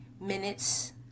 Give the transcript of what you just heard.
minutes